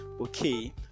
okay